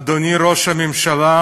אדוני ראש הממשלה,